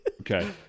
Okay